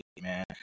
man